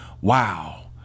Wow